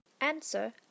Answer